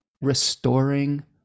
restoring